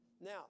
Now